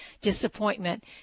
disappointment